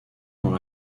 dans